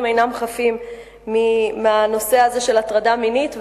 אינם חפים מהנושא הזה של הטרדה מינית,